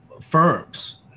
firms